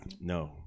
No